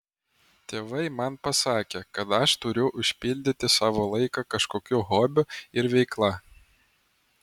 tėvai man pasakė kad aš turiu užpildyti savo laiką kažkokiu hobiu ir veikla